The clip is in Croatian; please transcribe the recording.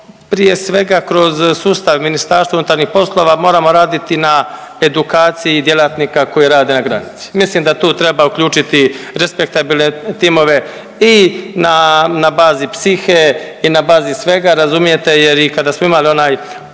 prije svega, kroz sustav MUP-a, moramo raditi na edukaciji djelatnika koji rade na granici. Mislim da tu treba uključiti respektabilne timove i na bazi psihe i na bazi svega, razumijete jer i kada smo imali onaj,